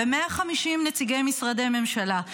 -- ו-150 נציגי משרדי ממשלה?